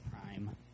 Prime